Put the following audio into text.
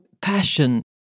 passion